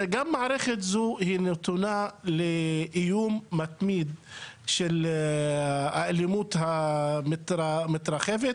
גם מערכת זו נתונה לאיום מתמיד של האלימות המתרחבת.